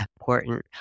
important